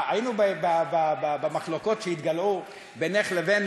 היינו במחלוקות שהתגלעו בינך לבין